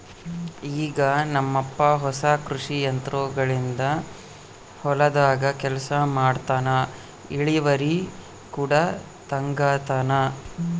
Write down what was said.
ಈಗ ನಮ್ಮಪ್ಪ ಹೊಸ ಕೃಷಿ ಯಂತ್ರೋಗಳಿಂದ ಹೊಲದಾಗ ಕೆಲಸ ಮಾಡ್ತನಾ, ಇಳಿವರಿ ಕೂಡ ತಂಗತಾನ